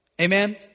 Amen